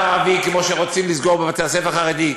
הערבי כמו שרוצים לסגור במגזר החרדי,